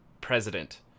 president